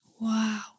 Wow